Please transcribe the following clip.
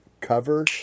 cover